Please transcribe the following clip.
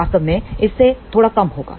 वास्तव में इससे थोड़ा कम होगा